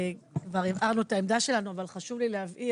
כבר הבהרנו את העמדה שלנו אבל חשוב לי להבהיר